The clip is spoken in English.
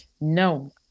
No